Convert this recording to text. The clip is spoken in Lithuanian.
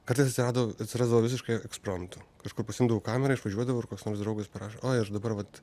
kartais atsirado atsirasdavo visiškai ekspromtu kažkur pasiimdavau kamerą išvažiuodavau ir koks nors draugas parašo oi aš dabar vat